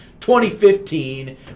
2015